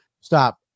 Stop